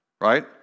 right